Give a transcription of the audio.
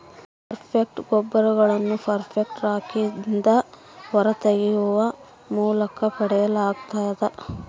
phosphate ರಸಗೊಬ್ಬರಗಳನ್ನು phosphate ರಾಕ್ನಿಂದ ಹೊರತೆಗೆಯುವ ಮೂಲಕ ಪಡೆಯಲಾಗ್ತತೆ